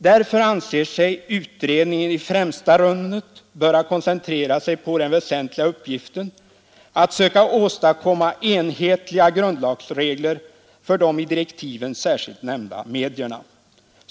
Därför anser sig utredningen i främsta rummet böra koncentrera sig på den väsentliga uppgiften att söka åstadkomma enhetliga grundlagsregler för de i direktiven särskilt nämnda medierna.